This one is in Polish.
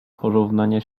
porównania